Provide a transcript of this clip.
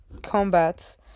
combat